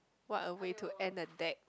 what a way to end a deck